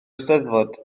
eisteddfod